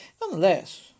Nonetheless